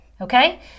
okay